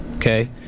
Okay